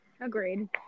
agreed